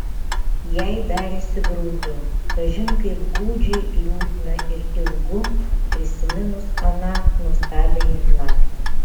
jai darėsi graudu kažin kaip gūdžiai liūdna ir ilgu prisiminus aną nuostabiąją naktį